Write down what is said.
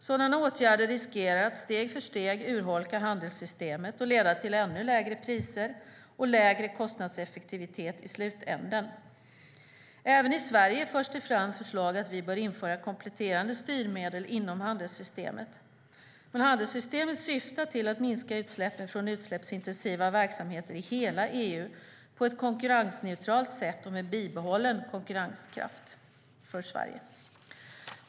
Sådana åtgärder riskerar att steg för steg urholka handelssystemet och leda till ännu lägre priser och lägre kostnadseffektivitet i slutänden. Även i Sverige förs det fram förslag om att vi bör införa kompletterande styrmedel inom handelssystemet. Men handelssystemet syftar till att minska utsläppen från utsläppsintensiva verksamheter i hela EU på ett konkurrensneutralt sätt och med bibehållen konkurrenskraft för Sverige.